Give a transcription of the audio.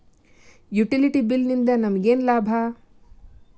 Utility bill ನಿಂದ್ ನಮಗೇನ ಲಾಭಾ?